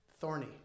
thorny